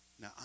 Now